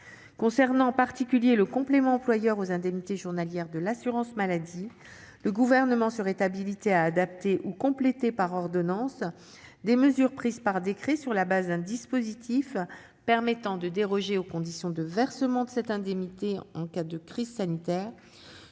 S'agissant, plus particulièrement, du complément employeur aux indemnités journalières versées par l'assurance maladie, le Gouvernement serait habilité à adapter ou à compléter par ordonnance des mesures prises par décret sur le fondement d'un dispositif permettant de déroger aux conditions de versement de cette indemnité en cas de crise sanitaire.